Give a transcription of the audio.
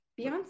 Beyonce